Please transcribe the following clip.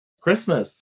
Christmas